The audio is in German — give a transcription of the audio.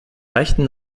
rechten